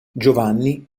giovanni